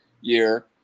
year